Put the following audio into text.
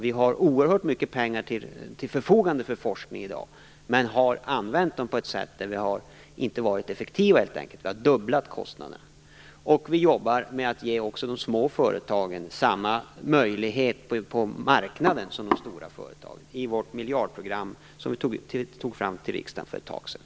Vi har oerhört mycket pengar till förfogande för forskning i dag. Men vi har använt dem på ett som inte varit effektivt. Vi har dubblat kostnaderna. Vi jobbar dessutom med att ge också de små företagen samma möjlighet på marknaden som de stora företagen har. Det ingår i vårt miljardprogram, som vi lade fram för riksdagen för ett tag sedan.